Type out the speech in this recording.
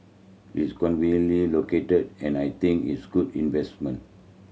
it's conveniently located and I think it's good investment